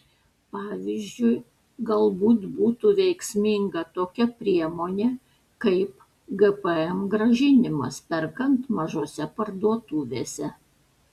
pavyzdžiui galbūt būtų veiksminga tokia priemonė kaip gpm grąžinimas perkant mažose parduotuvėse